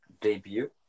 debut